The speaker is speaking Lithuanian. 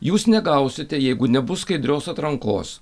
jūs negausite jeigu nebus skaidrios atrankos